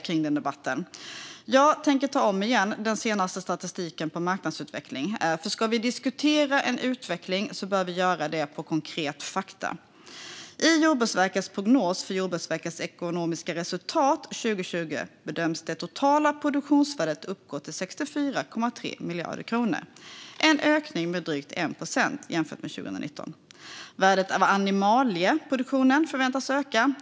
Jag tänker än en gång läsa upp den senaste statistiken för marknadsutvecklingen. Om vi ska diskutera en utveckling bör vi göra det utifrån konkreta fakta. I Jordbruksverkets prognos för sitt ekonomiska resultat 2020 bedöms det totala produktionsvärdet uppgå till 64,3 miljarder kronor. Det är en ökning på drygt 1 procent jämfört med 2019. Värdet av animalieproduktionen förväntas öka.